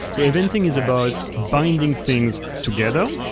so eventing is about binding things together,